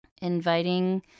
inviting